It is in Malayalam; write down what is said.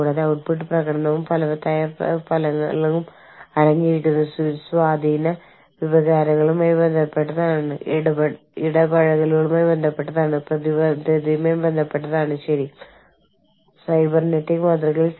മാറിക്കൊണ്ടിരിക്കുന്ന സംഘടനാ രൂപകല്പന കാരണമുള്ള ആഗോള പുനർവിതരണവും ജോലിയുടെ സ്ഥലംമാറ്റവും അതായത് നിങ്ങളൊരു ബഹുരാഷ്ട്ര കമ്പനിയാണെങ്കിൽ ആളുകൾ ഒരു ഓഫീസിൽ നിന്ന് മറ്റൊന്നിലേക്ക് മാറാൻ ആഗ്രഹിക്കും